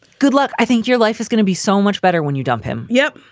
good luck. i think your life is gonna be so much better when you dump him. yep.